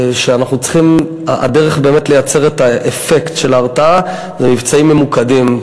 שהדרך לייצר את אפקט ההרתעה היא במבצעים ממוקדים.